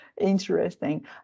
Interesting